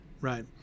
right